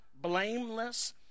blameless